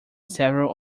several